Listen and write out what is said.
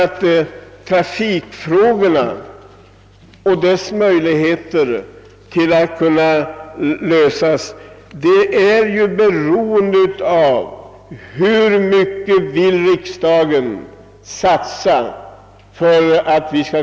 Ty trafikfrågornas lösning beror ju på hur mycket riksdagen vill satsa.